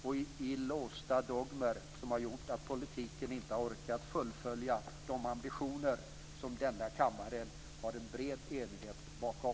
Det är låsta dogmer som har gjort att politiken inte har orkat fullfölja de ambitioner som det i denna kammare finns en bred enighet bakom.